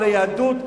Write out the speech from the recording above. על היהדות,